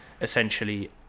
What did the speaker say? essentially